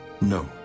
No